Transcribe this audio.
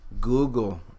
Google